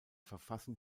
verfassen